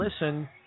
listen